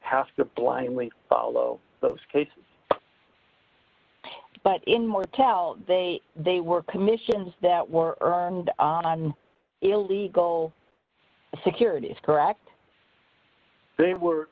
have to blindly follow those cases but in more tell they they were commissions that were earned on illegal security is correct they were